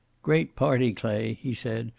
great party, clay, he said.